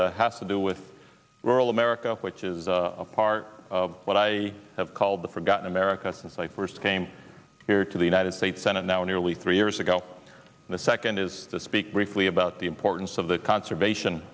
first has to do with rural america which is a part of what i have called the forgotten america since i first came here to the united states senate now nearly three years ago the second is to speak briefly about the importance of the conservation